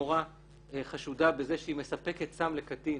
שמורה חשודה בזה שהיא מספקת סם לקטין